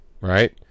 Right